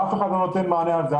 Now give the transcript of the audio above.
אף אחד לא נותן מענה לזה.